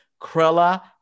Krella